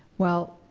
well,